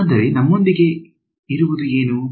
ಆದರೆ ನಮ್ಮೊಂದಿಗೆ ಇರುವುದು ಏನು